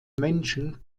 menschen